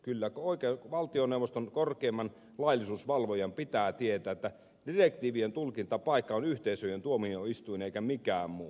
kyllä valtioneuvoston korkeimman laillisuusvalvojan pitää tietää että direktiivien tulkintapaikka on yhteisöjen tuomioistuin eikä mikään muu